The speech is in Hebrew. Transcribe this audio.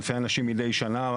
אלפי אנשים מידי שנה,